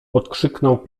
odkrzyknął